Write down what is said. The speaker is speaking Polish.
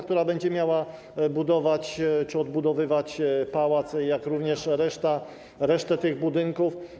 która będzie miała budować czy odbudowywać pałac, jak również resztę tych budynków.